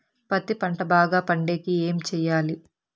పత్తి పంట బాగా పండే కి ఏమి చెయ్యాలి?